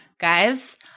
guys